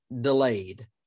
delayed